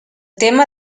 tema